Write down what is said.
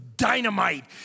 dynamite